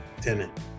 tenant